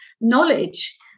knowledge